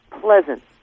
pleasant